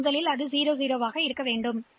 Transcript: இதனால் LXI H 2201 H க்கு துவக்கப்படுகிறது